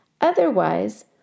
Otherwise